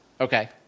Okay